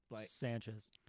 Sanchez